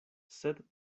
sed